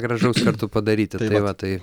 gražaus kartu padaryti tai va tai